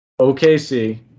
OKC